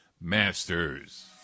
Masters